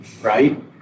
right